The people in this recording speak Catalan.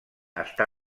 està